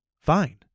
fine